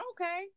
okay